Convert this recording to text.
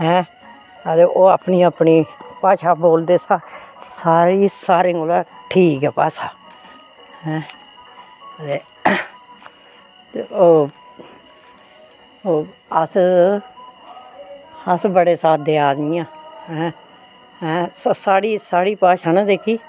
ऐं ते ओह् अपनी अपनी भाशा बोलदे सारे साढ़ी सारें कोला ठीक ऐ भाशा ऐं ते ते ओह् ओह् अस अस बड़े सादे आदमी ऐं ऐं साढ़ी भाय़ा ऐ ना जेह्की